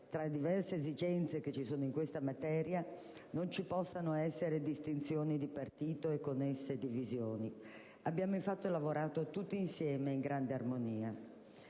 tra le diverse esigenze che ci sono in questa materia non ci possano essere distinzioni di partito e connesse divisioni. Infatti, abbiamo lavorato tutti insieme in grande armonia.